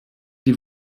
die